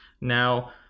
now